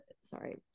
sorry